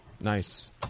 Nice